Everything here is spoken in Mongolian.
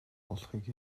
болохыг